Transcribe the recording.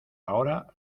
ahora